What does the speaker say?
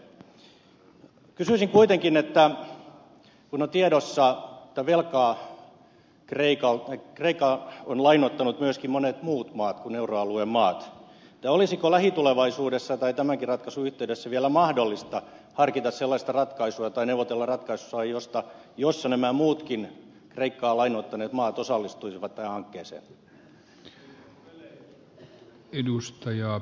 kysyisin kuitenkin kun on tiedossa että kreikkaa ovat lainoittaneet myöskin monet muut maat kuin euroalueen maat olisiko lähitulevaisuudessa tai tämänkin ratkaisun yhteydessä vielä mahdollista harkita sellaista ratkaisua tai neuvotella ratkaisusta jossa nämä muutkin kreikkaa lainoittaneet maat osallistuisivat tähän hankkeeseen